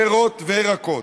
פירות וירקות.